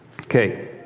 Okay